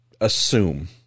assume